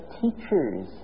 teachers